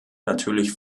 natürlich